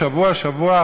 שבוע-שבוע,